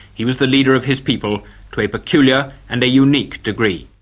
he was the leader of his people to a peculiar and unique degree.